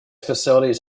facilities